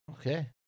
Okay